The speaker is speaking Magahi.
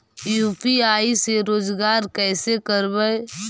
यु.पी.आई से रोजगार कैसे करबय?